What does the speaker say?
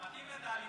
מתאים לטלי.